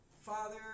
father